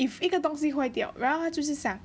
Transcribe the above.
if 一个东西坏掉然后他就是讲